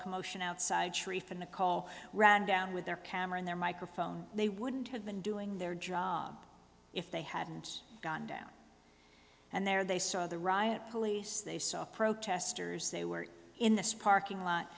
commotion outside sharif and a call ran down with their camera in their microphone they wouldn't have been doing their job if they hadn't gone down and there they saw the riot police they saw protesters they were in this parking lot